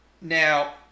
Now